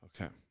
Okay